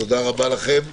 תודה רבה לכם.